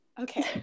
Okay